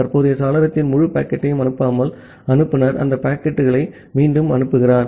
தற்போதைய சாளரத்தின் முழு பாக்கெட்டையும் அனுப்பாமல் அனுப்புநர் அந்த பாக்கெட்டுகளை மீண்டும் அனுப்புகிறார்